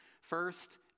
First